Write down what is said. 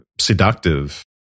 seductive